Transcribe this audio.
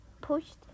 pushed